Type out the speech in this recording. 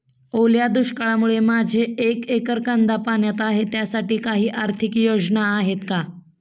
ओल्या दुष्काळामुळे माझे एक एकर कांदा पाण्यात आहे त्यासाठी काही आर्थिक योजना आहेत का?